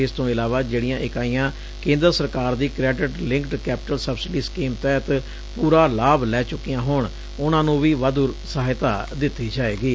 ਇਸ ਤੋ ਇਲਾਵਾ ਜਿਹੜੀਆਂ ਇਕਾਈਆਂ ਕੇਦਰ ਸਰਕਾਰ ਦੀ credit linked capital subsidy scheme ਤਹਿਤ ਪੂਰਾ ਲਾਭ ਲੈ ਚੁੱਕੀਆਂ ਹੋਣ ਉਨ੍ਹਾਂ ਨੂੰ ਵੀ ਵਾਧੂ ਸਹਾਇਤਾ ਦਿੱਤੀ ਜਾਵੇਗੀ